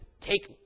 take